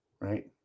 right